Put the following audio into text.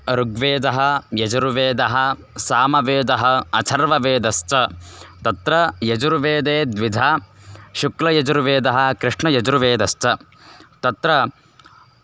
ऋग्वेदः यजुर्वेदः सामवेदः अथर्ववेदश्च तत्र यजुर्वेदे द्विधा शुक्लयजुर्वेदः कृष्णयजुर्वेदश्च तत्र